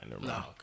No